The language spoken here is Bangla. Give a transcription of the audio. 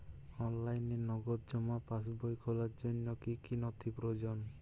অনলাইনে নগদ জমা পাসবই খোলার জন্য কী কী নথি প্রয়োজন?